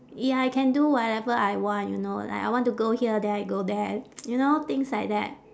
ya I can do whatever I want you know like I want to go here there go there you know things like that